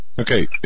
Okay